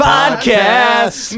Podcast